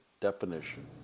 definition